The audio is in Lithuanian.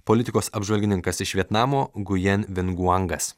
politikos apžvalgininkas iš vietnamo gujan vin guangas